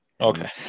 Okay